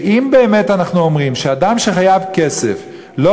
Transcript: שאם באמת אנחנו אומרים שאדם שחייב כסף לא